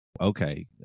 okay